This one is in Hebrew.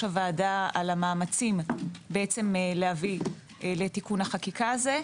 הוועדה על המאמצים להביא לתיקון החקיקה הזה.